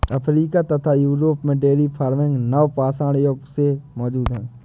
Africa तथा Europe में dairy farming नवपाषाण युग से मौजूद है